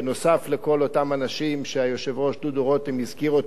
נוסף על כל האנשים שהיושב-ראש דודו רותם הזכיר,